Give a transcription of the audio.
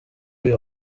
uyu